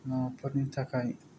लामाफोरनि थाखाय